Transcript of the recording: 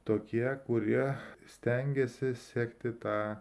tokie kurie stengiasi sekti tą